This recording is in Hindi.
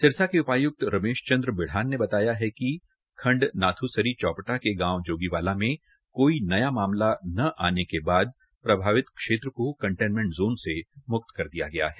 सिरसा के उपायुक्त रमेश चन्द्र बिढ़ान ने बताया कि खंड नाथूसरी चौपटा के गांव जोगीवाला में कोई नया मामला न हाने के बाद प्रभावित क्षेत्र को कंटेनमेंट जोन से मुक्त कर दिया गया है